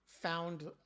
found